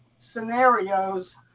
scenarios